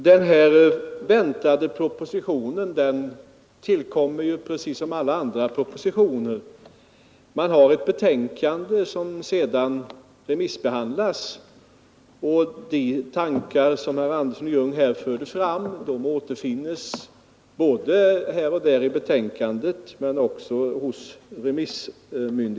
Herr talman! Den väntade propositionen tillkommer ju precis som alla andra propositioner. Det avges ett utredningsbetänkande, som sedan Nr 118 återfinns på olika håll både i betänkandet och i remissvaren.